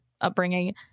upbringing